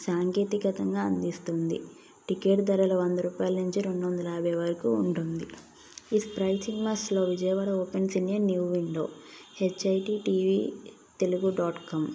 సాంకేతికతంగా అందిస్తుంది టికెట్ ధరలు వంద రూపాయల నుంచి రెండు వందల యాభై వరకు ఉంటుంది ఈ స్ప్రై సినిమాస్లో Vijayawada opens in a new window HIT TV Telugu dot com